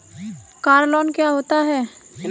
Car loan क्या होता है?